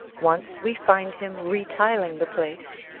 once we find him re-tiling the place.